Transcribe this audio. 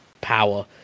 power